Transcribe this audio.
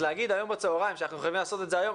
אז לומר היום בצוהריים שאנחנו חייבים לעשות את זה היום,